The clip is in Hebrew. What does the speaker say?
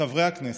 בחברי הכנסת.